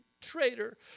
traitor